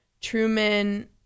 truman